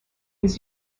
was